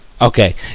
Okay